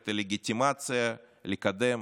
את הלגיטימציה לקדם